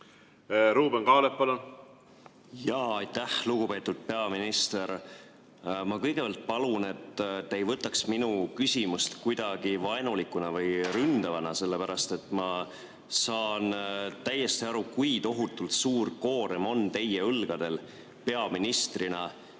Ruuben Kaalep, palun! Aitäh! Lugupeetud peaminister! Ma kõigepealt palun, et te ei võtaks minu küsimust kuidagi vaenulikuna või ründavana. Ma saan täiesti aru, kui tohutult suur koorem on teie õlgadel peaministrina ja